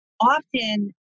often